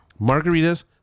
Margaritas